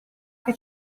che